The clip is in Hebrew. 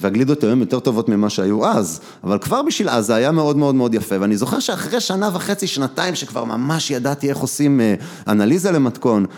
‫והגלידות היום יותר טובות ‫ממה שהיו אז, ‫אבל כבר בשביל אז זה היה ‫מאוד מאוד מאוד יפה, ‫ואני זוכר שאחרי שנה וחצי, שנתיים, ‫שכבר ממש ידעתי ‫איך עושים אנליזה למתכון...